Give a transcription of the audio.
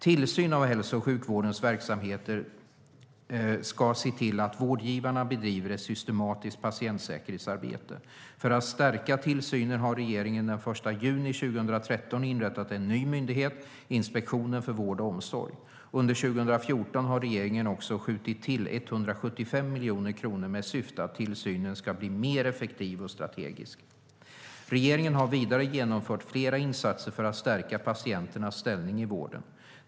Tillsyn av hälso och sjukvårdens verksamheter ska se till att vårdgivarna bedriver ett systematiskt patientsäkerhetsarbete. För att stärka tillsynen har regeringen den 1 juni 2013 inrättat en ny myndighet, Inspektionen för vård och omsorg. Under 2014 har regeringen också skjutit till 175 miljoner kronor med syfte att tillsynen ska bli mer effektiv och strategisk. Regeringen har vidare genomfört flera insatser för att stärka patienternas ställning i vården.